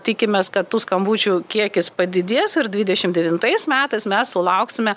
tikimės kad tų skambučių kiekis padidės ir dvidešimt devintais metais mes sulauksime